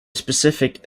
specific